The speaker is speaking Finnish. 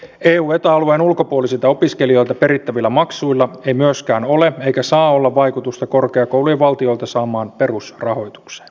eu ja eta alueen ulkopuolisilta opiskelijoilta perittävillä maksuilla ei myöskään ole eikä saa olla vaikutusta korkeakoulujen valtiolta saamaan perusrahoitukseen